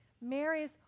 Mary's